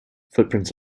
footprints